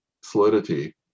solidity